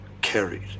carried